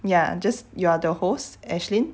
ya just you are the host ashlyn